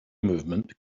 movement